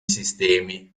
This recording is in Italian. sistemi